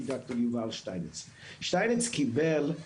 וכמו שנאמר כאן היו כאן שש שנים להיערך לסגירה של היחידות